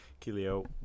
Kilio